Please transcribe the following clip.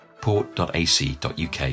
port.ac.uk